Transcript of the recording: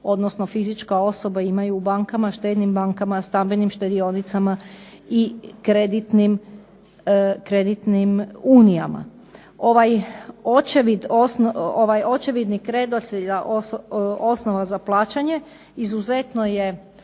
odnosno fizička osoba imaju u bankama, štednim bankama, stambenim štedionicama i kreditnim unijama. Ovaj očevidni …/Ne razumije se./… osnova za plaćanje izuzetno je